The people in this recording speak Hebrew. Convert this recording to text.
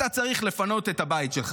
אתה צריך לפנות את הבית שלך?